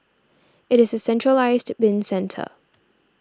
it is a centralised bin centre